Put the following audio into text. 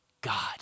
God